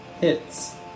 Hits